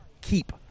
keep